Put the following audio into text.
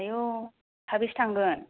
सोरनि गारि मा गारि